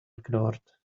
ignored